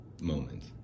moment